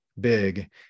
big